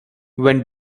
when